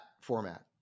format